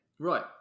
Right